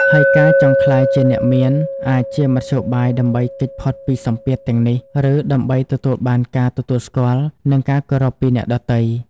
ហើយការចង់ ក្លាយជាអ្នកមាន អាចជាមធ្យោបាយដើម្បីគេចផុតពីសម្ពាធទាំងនេះ ឬដើម្បីទទួលបានការទទួលស្គាល់ និងការគោរពពីអ្នកដទៃ។